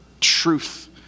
truth